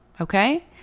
Okay